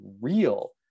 real